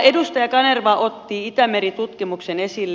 edustaja kanerva otti itämeri tutkimuksen esille